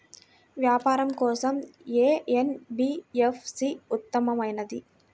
వ్యాపారం కోసం ఏ ఎన్.బీ.ఎఫ్.సి ఉత్తమమైనది?